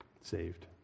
saved